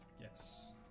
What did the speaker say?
Yes